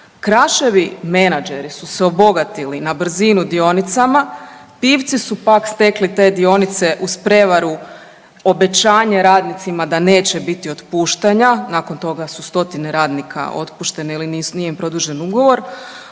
Kraševi menadžeri su se obogatili na brzinu dionicama, Pivci su pak stekli te dionice uz prevaru, obećanje radnicima da neće biti otpuštanja, nakon toga su stotine radnika otpušeni ili nije im produžen ugovor,